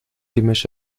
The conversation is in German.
gemisch